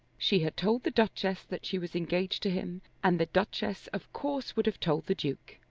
she had told the duchess that she was engaged to him, and the duchess of course would have told the duke.